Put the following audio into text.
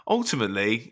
ultimately